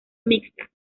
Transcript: mixta